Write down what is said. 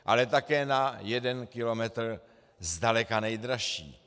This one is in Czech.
Ale také na jeden kilometr zdaleka nejdražší.